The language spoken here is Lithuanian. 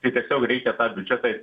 tai tiesiog reikia tą biudžetą